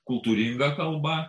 kultūringa kalba